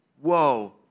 whoa